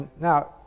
now